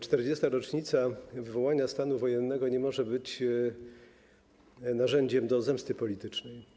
40. rocznica wprowadzenia stanu wojennego nie może być narzędziem do zemsty politycznej.